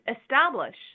establish